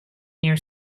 near